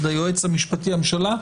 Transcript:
היועץ המשפטי לממשלה,